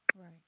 Right